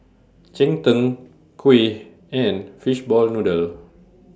Cheng Tng Kuih and Fishball Noodle